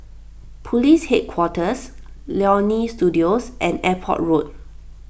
Police Headquarters Leonie Studio and Airport Road